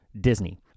Disney